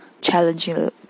challenging